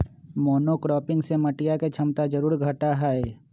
monocropping से मटिया के क्षमता जरूर घटा हई